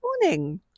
morning